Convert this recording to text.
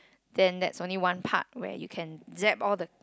then that's only one part where you can zap all the